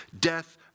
death